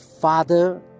Father